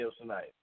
tonight